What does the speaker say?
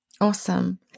Awesome